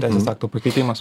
teisės akto pakeitimas